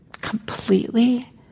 completely